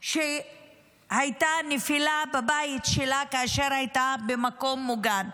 שהייתה נפילה בבית שלה כאשר הייתה במקום מוגן.